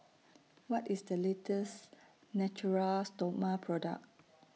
What IS The latest Natura Stoma Product